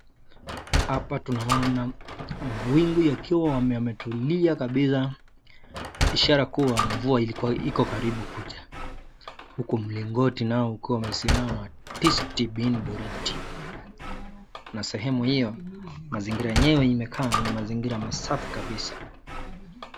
Hapa tunaona mawingu yakiwa yametulia kabisa ishara kuwa mvua ilikuwa iko karibu kuja. Huku mlingoti nao ukiwa umesimama tisti bin boriti. Na sehemu hiyo mazingira yenyewe imekaa ni mazingira masafi kabisa.